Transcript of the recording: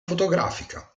fotografica